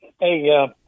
Hey